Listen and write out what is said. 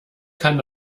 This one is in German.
kann